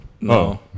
No